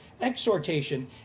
exhortation